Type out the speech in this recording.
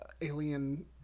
Alien